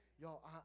Y'all